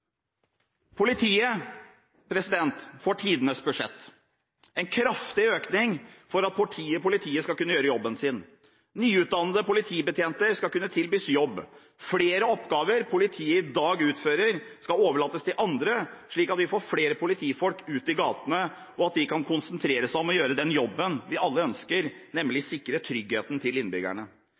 Politiet får tidenes budsjett – en kraftig økning for at politiet skal kunne gjøre jobben sin. Nyutdannede politibetjenter skal kunne tilbys jobb. Flere oppgaver politiet i dag utfører, skal overlates til andre, slik at vi får flere politifolk ut i gatene som kan konsentrere seg om å gjøre den jobben vi alle ønsker, nemlig å sikre tryggheten til innbyggerne.